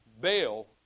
bail